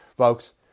folks